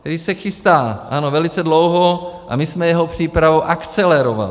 Tedy se chystá, ano, velice dlouho, a my jsme jeho přípravu akcelerovali.